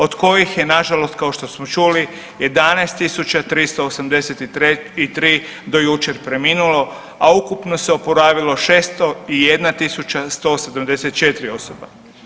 Od kojih je nažalost kao što smo čuli 11.383 do jučer preminulo, a ukupno se oporavilo 601.174 osoba.